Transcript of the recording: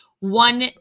one